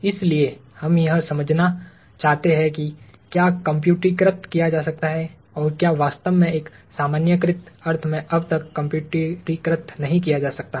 इसलिए हम यह समझना चाहते हैं कि क्या कम्प्यूटरीकृत किया जा सकता है और क्या वास्तव में एक सामान्यीकृत अर्थ में अब तक कम्प्यूटरीकृत नहीं किया जा सकता है